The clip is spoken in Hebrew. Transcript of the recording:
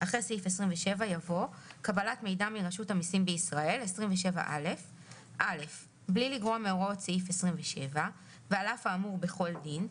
אחרי סעיף 27 יבוא: "קבלת מידע מרשות המסים בישראל 27א. (א)בלי לגרוע מהוראות סעיף 27 ועל אף האמור בכל דין,